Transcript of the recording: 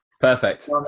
Perfect